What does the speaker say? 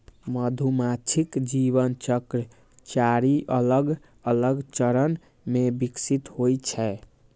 मधुमाछीक जीवन चक्र चारि अलग अलग चरण मे विकसित होइ छै